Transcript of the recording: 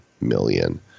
million